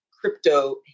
crypto